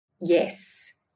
Yes